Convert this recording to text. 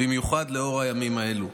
במיוחד לאור הימים האלה.